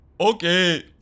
Okay